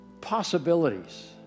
possibilities